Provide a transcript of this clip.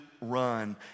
run